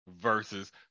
versus